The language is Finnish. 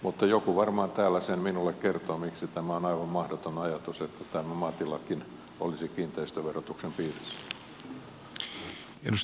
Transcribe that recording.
mutta joku varmaan täällä sen minulle kertoo miksi tämä on aivan mahdoton ajatus että tämä maatilakin olisi kiinteistöverotuksen piirissä